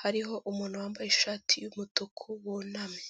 hariho umuntu wambaye ishati y'umutuku wunamye.